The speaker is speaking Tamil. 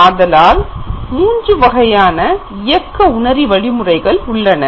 ஆதலால் மூன்று வகையான இயக்க உணரி வழிமுறைகள் உள்ளன